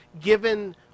Given